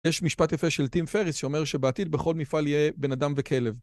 יש משפט יפה של טים פריס שאומר שבעתיד בכל מפעל יהיה... בן אדם וכלב.